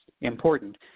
important